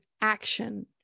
action